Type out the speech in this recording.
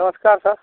नमस्कार सर